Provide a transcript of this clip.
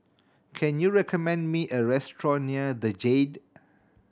can you recommend me a restaurant near The Jade